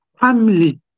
Family